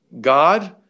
God